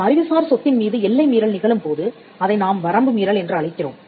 ஒரு அறிவுசார் சொத்தின் மீது எல்லை மீறல் நிகழும்போது அதை நாம் வரம்பு மீறல் என்று அழைக்கிறோம்